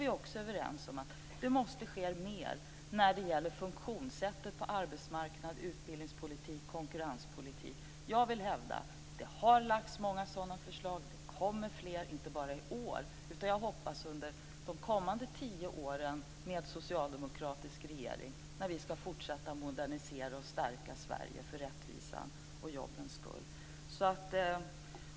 Vi är också överens om att det måste ske mer när det gäller funktionssättet på arbetsmarknad, utbildningspolitik och konkurrenspolitik. Jag vill hävda att det har lagts fram många sådana förslag. Det kommer fler inte bara i år. Jag hoppas att det kommer fler under de kommande tio åren med en socialdemokratisk regering när vi ska fortsätta att modernisera och stärka Sverige för rättvisans och jobbens skull.